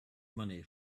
money